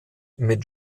mit